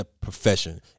profession